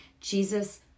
Jesus